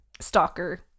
stalker